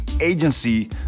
agency